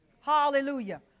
Hallelujah